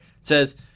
says